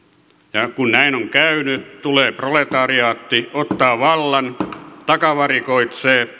ja kun näin on käynyt tulee proletariaatti ottaa vallan takavarikoi